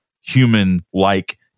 human-like